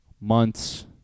months